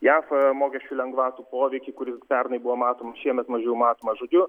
jav mokesčių lengvatų poveikį kuris pernai buvo matom šiemet mažiau matoma žodžiu